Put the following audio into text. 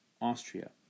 Austria